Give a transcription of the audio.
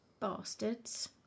Bastards